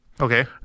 Okay